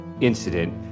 incident